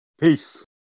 Peace